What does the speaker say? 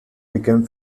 became